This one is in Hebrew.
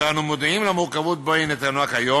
אנחנו מודעים למורכבות שבה היא נתונה כיום,